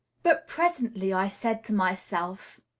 but presently i said to myself,